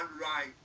right